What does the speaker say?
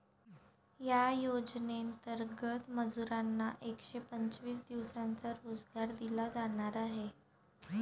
या योजनेंतर्गत मजुरांना एकशे पंचवीस दिवसांचा रोजगार दिला जाणार आहे